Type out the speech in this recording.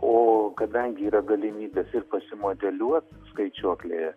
o kadangi yra galimybės ir sumodeliuot skaičiuoklėje